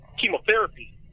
chemotherapy